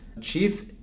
Chief